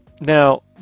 Now